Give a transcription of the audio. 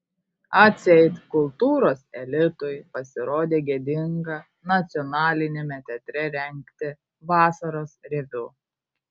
atseit kultūros elitui pasirodė gėdinga nacionaliniame teatre rengti vasaros reviu